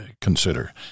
consider